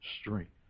strength